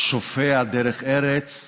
שופע דרך ארץ,